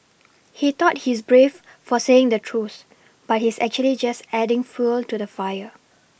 he thought he's brave for saying the truth but he's actually just adding fuel to the fire